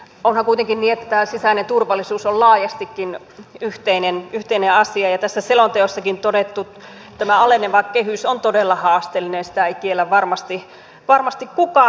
onhan kuitenkin niin että sisäinen turvallisuus on laajastikin yhteinen asia ja tässä selonteossakin todettu aleneva kehys on todella haasteellinen sitä ei kiellä varmasti kukaan